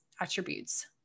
attributes